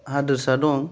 हादोरसा दं